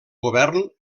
govern